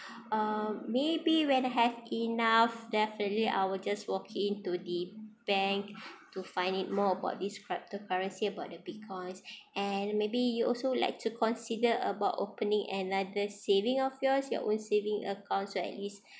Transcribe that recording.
uh maybe when I have enough definitely I will just walk into the bank to find it more about this cryptocurrency about the Bitcoins and maybe you also like to consider about opening another saving of yours your own saving account so at least